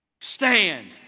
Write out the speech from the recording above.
stand